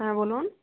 হ্যাঁ বলুন